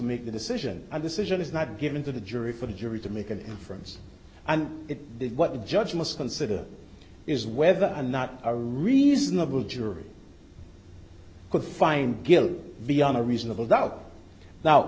make the decision and decision is not given to the jury for the jury to make an inference and it is what the judge must consider is whether or not a reasonable jury could find guilt beyond a reasonable doubt now